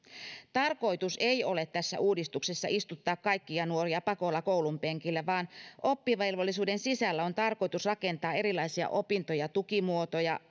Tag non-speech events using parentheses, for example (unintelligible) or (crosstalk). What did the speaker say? tarkoitus ei ole tässä uudistuksessa istuttaa kaikkia nuoria pakolla koulunpenkillä vaan oppivelvollisuuden sisällä on tarkoitus rakentaa erilaisia opinto ja tukimuotoja (unintelligible)